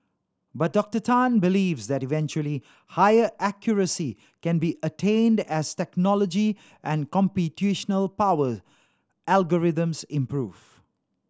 but Doctor Tan believes that eventually higher accuracy can be attained as technology and computational power algorithms improve